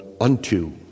unto